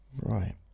Right